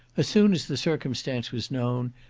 soon as the circumstance was known,